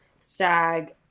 sag